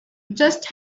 just